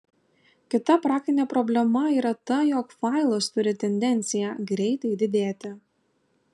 kita praktinė problema yra ta jog failas turi tendenciją greitai didėti